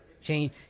Change